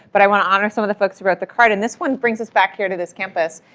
but i want to honor some of the folks who wrote the card. and this one brings us back here to this campus.